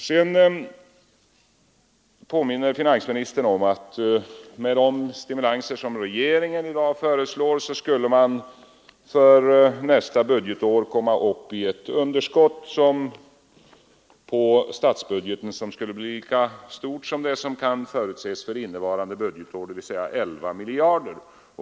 Sedan påminner finansministern om att med de stimulanser som regeringen i dag föreslår skulle man för nästa budgetår få ett underskott på statsbudgeten som vore lika stort som det som kan förutses för innevarande budgetår, dvs. 11 miljarder.